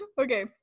Okay